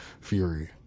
Fury